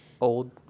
old